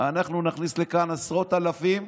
אנחנו נכניס לכאן עשרות אלפים,